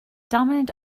dominant